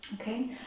Okay